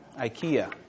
Ikea